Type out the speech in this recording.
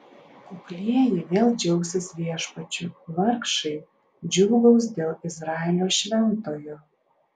kuklieji vėl džiaugsis viešpačiu vargšai džiūgaus dėl izraelio šventojo